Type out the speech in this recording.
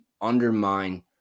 undermine